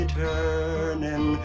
turning